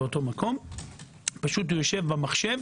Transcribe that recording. יושב במחשב